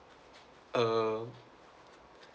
uh